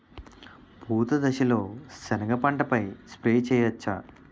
పూత దశలో సెనగ పంటపై స్ప్రే చేయచ్చా?